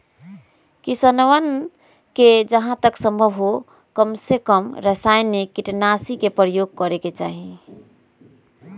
किसनवन के जहां तक संभव हो कमसेकम रसायनिक कीटनाशी के प्रयोग करे के चाहि